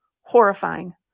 horrifying